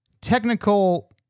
Technical